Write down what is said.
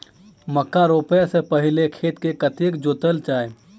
मक्का रोपाइ सँ पहिने खेत केँ कतेक जोतल जाए?